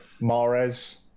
Mares